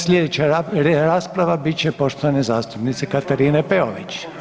Slijedeća rasprava bit će poštovane zastupnice Katarine Peović.